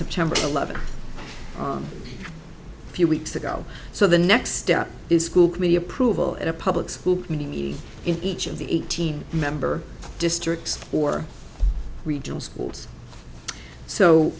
september eleventh a few weeks ago so the next step is school committee approval at a public school in each of the eighteen member districts or regional schools so